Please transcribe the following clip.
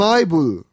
Bible